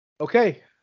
Okay